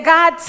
God